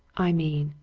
i mean,